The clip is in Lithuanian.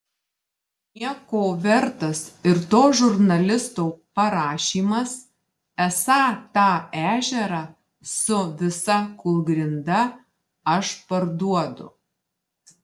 nieko vertas ir to žurnalisto parašymas esą tą ežerą su visa kūlgrinda aš parduodu